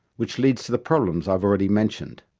which leads to the problems i have already mentioned.